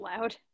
loud